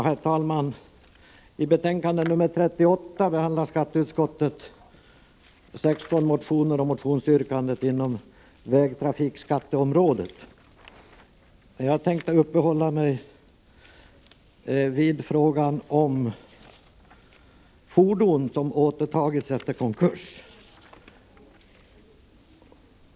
Herr talman! I skatteutskottets betänkande 38 behandlas 16 motioner och motionsyrkanden inom trafikskatteområdet. Jag skall uppehålla mig vid frågan om fordon som återtagits efter konkurs.